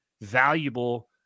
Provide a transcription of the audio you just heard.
valuable